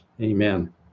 amen